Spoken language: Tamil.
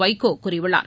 வைகோ கூறியுள்ளார்